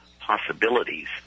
possibilities